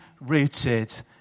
rooted